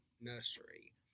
nursery